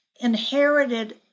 inherited